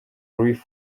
luis